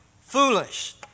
foolish